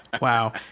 Wow